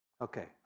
Okay